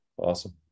awesome